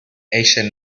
ancient